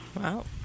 Wow